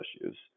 issues